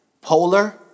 Polar